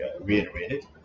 reiterated